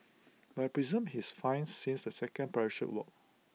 but I presume he is fine since the second parachute worked